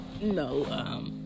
no